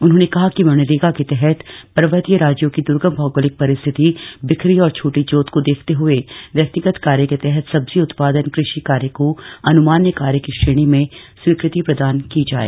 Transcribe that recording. उन्होंने कहा कि मनरेगा के तहत पर्वतीय राज्यों की दुर्गम भौगोलिक परिस्थिति बिखरी और छोटी जोत को देखते हुए व्यक्तिगत कार्य के तहत सब्जी उत्पादन कृषि कार्य को अनुमान्य कार्य की श्रेणी में स्वीकृति प्रदान की जाए